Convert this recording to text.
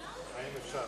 האם אפשר?